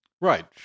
Right